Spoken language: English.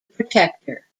protector